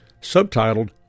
Subtitled